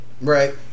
Right